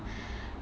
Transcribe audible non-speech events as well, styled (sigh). (breath)